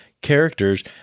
characters